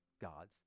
God's